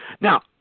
Now